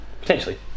potentially